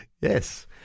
Yes